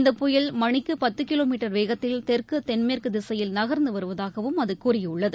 இந்த புயல் மணிக்குபத்துகிலோமீட்டர் வேகத்தில் தெற்குதென்மேற்குதிசையில் நகர்ந்துவருவதாகவும் அதுகூறியுள்ளது